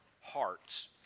hearts